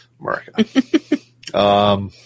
America